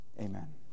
Amen